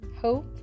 Hope